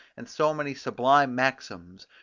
and so many sublime maxims,